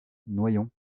noyon